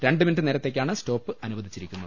രണ്ടു മിനിറ്റ് നേരത്തേക്കാണ് സ്റ്റോപ്പ് അനുവദിച്ചിരിക്കുന്നത്